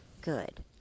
Good